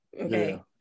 Okay